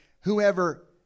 whoever